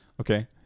okay